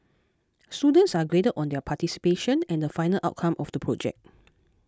students are graded on their participation and the final outcome of the project